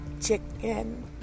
Chicken